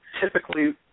Typically